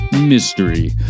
Mystery